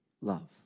love